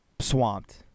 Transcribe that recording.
swamped